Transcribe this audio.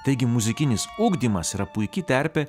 taigi muzikinis ugdymas yra puiki terpė